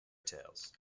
tales